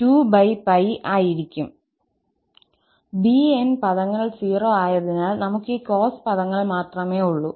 𝑏𝑛 പദങ്ങൾ 0 ആയതിനാൽ നമുക് ഈ കോസ് പദങ്ങൾ മാത്രമേ ഉള്ളു